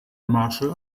martial